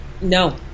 No